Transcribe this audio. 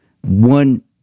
one